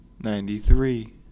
Ninety-three